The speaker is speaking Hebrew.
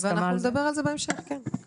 נדבר על זה בהמשך.